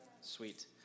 Sweet